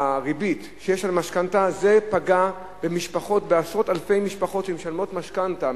בריבית על המשכנתה פגעה בעשרות אלפי משפחות שמשלמות משכנתה,